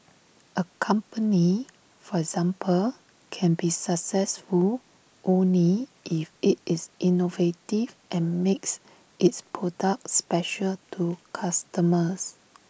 A company for example can be successful only if IT is innovative and makes its products special to customers